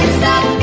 stop